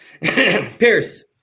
Pierce